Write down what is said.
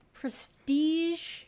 prestige